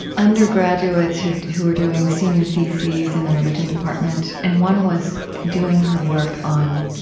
undergraduates who who were doing senior theses in the religion department. and one was doing her work on